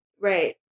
right